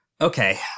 Okay